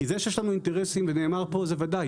כי זה שיש לנו אינטרסים ונאמר פה זה ודאי,